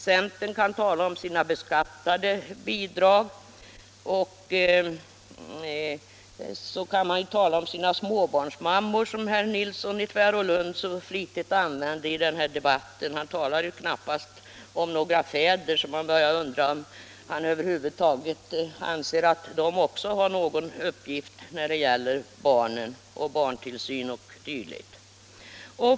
Centern kan tala om sina beskattade bidrag och sina ”småbarnsmammor”, ett uttryck som herr Nilsson i Tvärålund så flitigt använde i debatten. Han talade knappast om några fäder, så man började undra om han över huvud taget anser att de har någon uppgift när det gäller barn och barntillsyn.